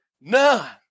None